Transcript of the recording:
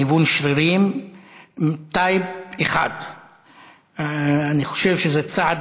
ניוון שרירים type 1. אני חושב שזה צעד